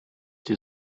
die